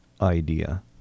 idea